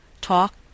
talk